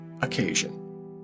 occasion